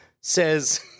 says